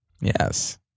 Yes